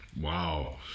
Wow